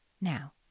Now